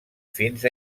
fins